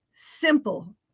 simple